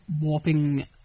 warping